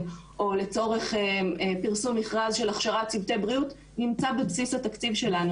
או לצורך פרסום מכרז של הכשרת צוותי בריאות נמצא בבסיס התקציב שלנו.